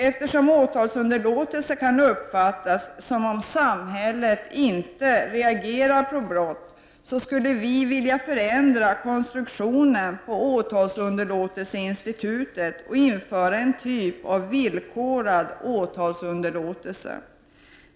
Eftersom åtalsunderlåtelse kan uppfattas som om samhället inte reagerar på brott, skulle vi vilja förändra konstruktionen på åtalsunderlåtelseinstitutet och införa en typ av villkorad åtalsunderlåtelse.